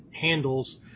handles